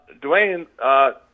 Dwayne